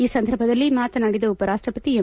ಈ ಸಂದರ್ಭದಲ್ಲಿ ಮಾತನಾಡಿದ ಉಪರಾಷ್ಟಪತಿ ಎಂ